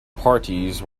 parties